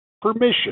permission